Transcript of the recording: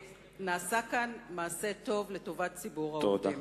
נעשה כאן מעשה טוב לטובת ציבור העובדים.